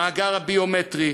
המאגר הביומטרי,